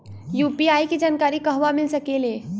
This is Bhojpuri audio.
यू.पी.आई के जानकारी कहवा मिल सकेले?